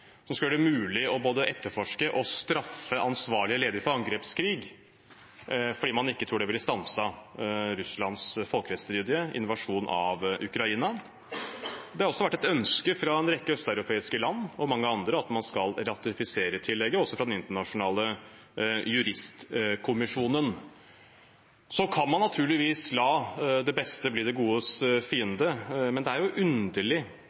som skal gjøre det mulig både å etterforske og straffe ledere som er ansvarlige for angrepskrig, fordi man ikke tror det ville ha stanset Russlands folkerettsstridige invasjon av Ukraina. Det har også vært et ønske fra en rekke østeuropeiske land og mange andre – også fra den internasjonale juristkommisjonen – at man skal ratifisere tillegget. Så kan man naturligvis la det beste bli det godes fiende, men det er underlig